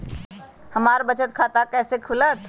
हमर बचत खाता कैसे खुलत?